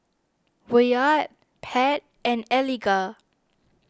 Wyatt Pat and Eliga